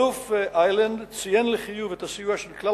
האלוף איילנד ציין לחיוב את הסיוע של כלל